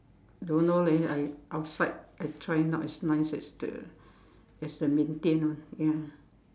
don't know leh I outside I try not as nice as the as the Beng-Thin one ya